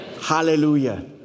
Hallelujah